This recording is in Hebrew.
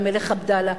המלך עבדאללה,